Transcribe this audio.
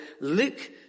Luke